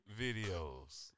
videos